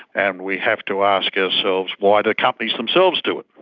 and we have to ask ourselves why do company themselves do it,